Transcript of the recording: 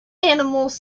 animals